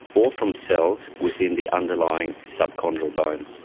or from cells within the underlying subchondral bone.